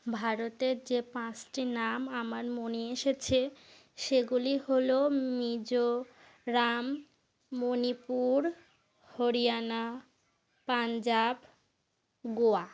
ভারতের যে পাঁচটি নাম আমার মনে এসেছে সেগুলি হলো মিজোরাম মণিপুর হরিয়ানা পাঞ্জাব গোয়া